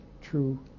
true